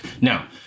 Now